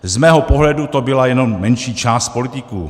Z mého pohledu to byla jednom menší část politiků.